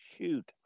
shoot